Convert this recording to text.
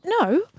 no